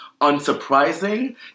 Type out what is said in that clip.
Unsurprising